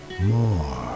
more